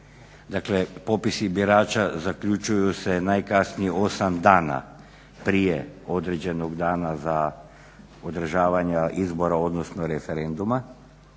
Dakle popisi birača zaključuju se najkasnije 8 dana prije određenog dana za održavanja izbora odnosno referenduma